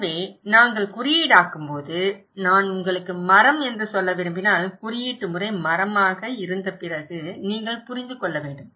எனவே நாங்கள் குறியீடாக்கும்போது நான் உங்களுக்கு மரம் என்று சொல்ல விரும்பினால் குறியீட்டு முறை மரமாக இருந்த பிறகு நீங்கள் புரிந்து கொள்ள வேண்டும்